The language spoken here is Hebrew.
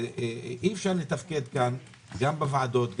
אי-אפשר לתפקד כאן גם בוועדות,